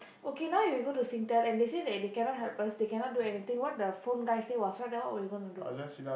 okay now you go to Singtel and they say that they cannot help us they cannot do anything what the phone guy said was right then what you gonna do